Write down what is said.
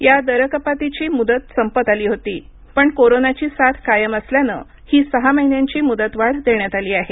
या दरकपातीची मुदत संपत आली होती पण कोरोनाची साथ कायम असल्यानं ही सहा महिन्यांची मुदतवाढ देण्यात आली आहे